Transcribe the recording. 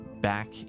back